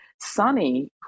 Sonny